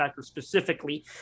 specifically